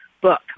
book